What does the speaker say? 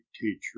teacher